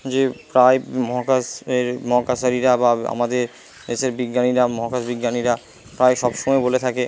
যে প্রায় মহাকাশের মহাকাশচারীরা বা আমাদের দেশের বিজ্ঞানীরা মহাকাশ বিজ্ঞানীরা প্রায় সবসময় বলে থাকে